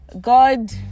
god